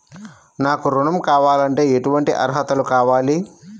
నాకు ఋణం కావాలంటే ఏటువంటి అర్హతలు కావాలి?